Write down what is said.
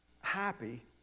happy